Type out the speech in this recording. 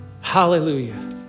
Hallelujah